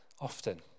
often